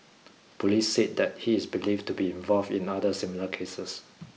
police said that he is believed to be involved in other similar cases